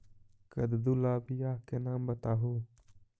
कददु ला बियाह के नाम बताहु?